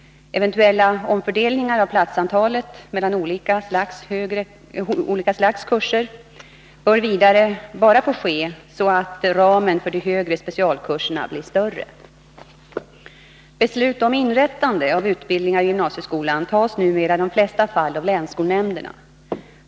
Eventuella omfördelningar av platsantalet mellan olika slags kurser bör vidare bara få ske så, att ramen för de högre specialkurserna blir större. Beslut om inrättande av utbildningar i gymnasieskolan tas numera i de flesta fall av länsskolnämnderna.